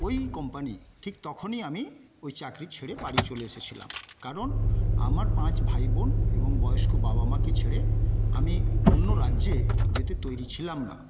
ওই কোম্পানি ঠিক তখনই আমি ওই চাকরি ছেড়ে বাড়ি চলে এসেছিলাম কারণ আমার পাঁচ ভাইবোন এবং বয়স্ক বাবামাকে ছেড়ে আমি অন্য রাজ্যে যেতে তৈরি ছিলাম না